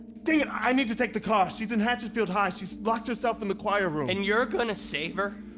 dang it! i need to take the car. she's in hatchetfield high she's locked herself in the choir room. and you're gonna save her?